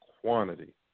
quantity